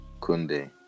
Kunde